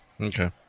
Okay